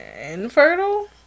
infertile